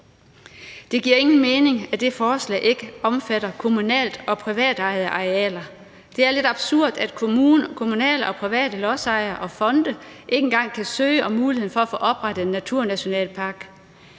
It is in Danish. Det giver ingen mening, at det forslag ikke omfatter kommunalt- og privatejede arealer. Det er lidt absurd, at kommunale og private lodsejere og fonde ikke engang kan søge om muligheden for at få oprettet en naturnationalpark.